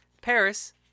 Paris